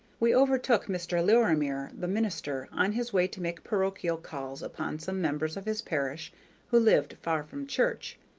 we overtook mr. lorimer, the minister, on his way to make parochial calls upon some members of his parish who lived far from church,